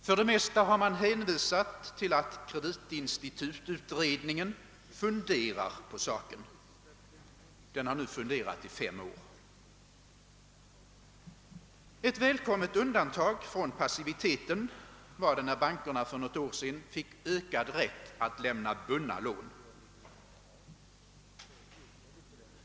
För det mesta har den hänvisat till att kreditinstitututredningen funderar på saken. Denna har nu funderat i fem år. Ett välkommet undantag från passiviteten var när bankerna för något år sedan fick ökad rätt att lämna bundna lån.